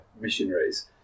missionaries